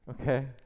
Okay